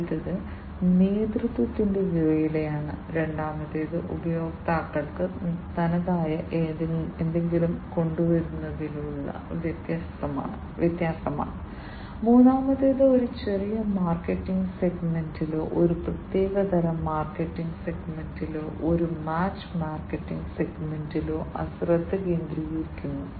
ആദ്യത്തേത് നേതൃത്വത്തിന്റെ വിലയാണ് രണ്ടാമത്തേത് ഉപഭോക്താക്കൾക്ക് തനതായ എന്തെങ്കിലും കൊണ്ടുവരുന്നതിലൂടെയുള്ള വ്യത്യാസമാണ് മൂന്നാമത്തേത് ഒരു ചെറിയ മാർക്കറ്റ് സെഗ്മെന്റിലോ ഒരു പ്രത്യേക തരം മാർക്കറ്റ് സെഗ്മെന്റിലോ ഒരു മാച്ച് മാർക്കറ്റ് സെഗ്മെന്റിലോ ശ്രദ്ധ കേന്ദ്രീകരിക്കുന്നു